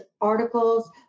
articles